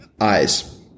eyes